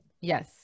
Yes